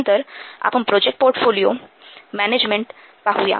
नंतर आपण project portfolio management पाहुया